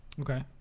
Okay